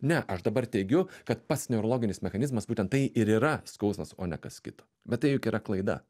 ne aš dabar teigiu kad pats neurologinis mechanizmas būtent tai ir yra skausmas o ne kas kito bet tai juk yra klaida